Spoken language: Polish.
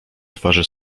twarzy